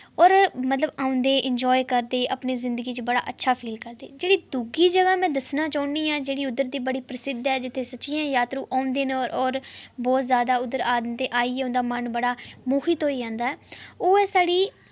और मतलब औंदे इंजाय करदे अपनी जिंदगी च बड़ा अच्छा फील करदे जेह्ड़ी दूई जगह् दस्सना में चाह्न्नी आं जेह्ड़ी उद्धर दी बड़ी प्रसिद्ध ऐ जित्थै सच गै जात्तरू औंदे न और और बहुत जैदा उद्धर औंदे आइयै उं'दा मन बड़ा मोहित होई जंदा ऐ ओह् ऐ साढ़ी